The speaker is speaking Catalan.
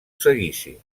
seguici